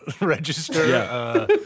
register